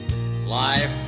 Life